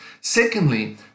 Secondly